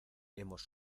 hemos